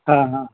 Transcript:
હા હા